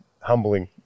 humbling